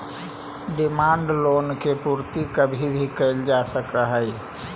demand loan के पूर्ति कभी भी कैल जा सकऽ हई